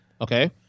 Okay